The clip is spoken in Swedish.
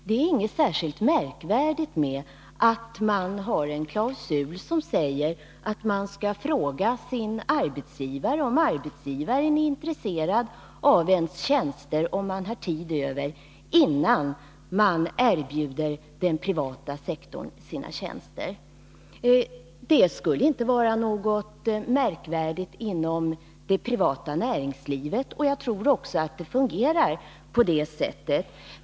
Det är inget särskilt märkligt med att man har en klausul som säger att läkaren skall fråga sin arbetsgivare om denne är intresserad av ens tjänster, om man har tid över, innan man erbjuder den privata sektorn sina tjänster. Det skulle inte vara något märkligt i det inom det privata näringslivet, och jag tror också att det fungerar på det sättet.